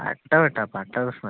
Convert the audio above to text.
പട്ട വെക്കാം പട്ട പ്രശ്നം ഇല്ല